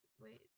Wait